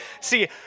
see